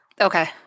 Okay